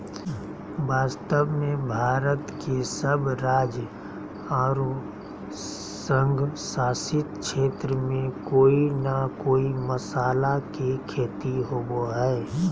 वास्तव में भारत के सब राज्य आरो संघ शासित क्षेत्र में कोय न कोय मसाला के खेती होवअ हई